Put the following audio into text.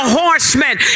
horsemen